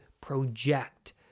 project